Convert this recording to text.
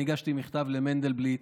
אני הגשתי מכתב למנדלבליט